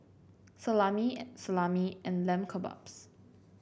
Salami Salami and Lamb Kebabs